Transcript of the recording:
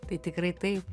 tai tikrai taip